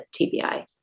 TBI